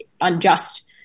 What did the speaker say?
unjust